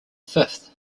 fifth